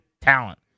talent